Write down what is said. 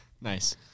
Nice